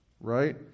right